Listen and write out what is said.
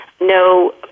no